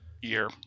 year